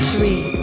Three